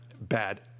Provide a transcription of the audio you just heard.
bad